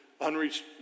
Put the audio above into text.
unreached